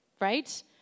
right